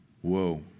Whoa